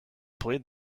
played